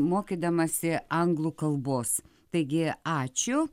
mokydamasi anglų kalbos taigi ačiū